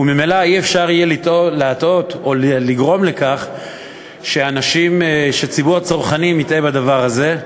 וממילא לא יהיה אפשר להטעות או לגרום לכך שציבור הצרכנים יטעה בדבר הזה.